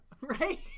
Right